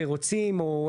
זה צורך שלנו כמדינה.